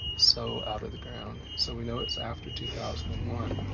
so out of the ground. so we know it's after two thousand and one.